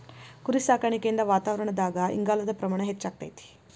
ಕುರಿಸಾಕಾಣಿಕೆಯಿಂದ ವಾತಾವರಣದಾಗ ಇಂಗಾಲದ ಪ್ರಮಾಣ ಹೆಚ್ಚಆಗ್ತೇತಿ